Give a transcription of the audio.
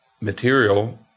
material